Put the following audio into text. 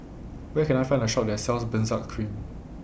Where Can I Find A Shop that sells Benzac Cream